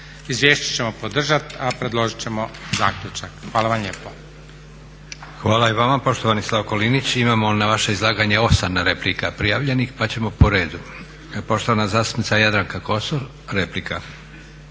Izvješće ćemo podržati, a predložit ćemo zaključak. Hvala vam lijepo. **Leko, Josip (SDP)** Hvala i vama poštovani Slavko Linić. Imamo na vaše izlaganje 8 replika prijavljenih, pa ćemo po redu. Poštovana zastupnica Jadranka Kosor, replika.